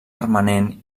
permanent